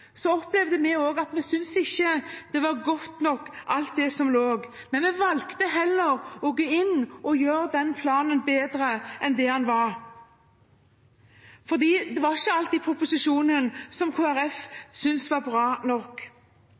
at det var godt nok, alt det som lå der, men vi valgte heller å gå inn og gjøre planen bedre enn det den var. Det var ikke alt i proposisjonen som Kristelig Folkeparti syntes var bra nok.